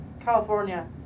california